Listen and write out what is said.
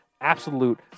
Absolute